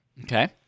okay